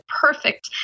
perfect